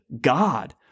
God